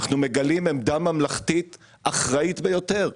אנחנו מגלים עמדה ממלכתית אחראית ביותר.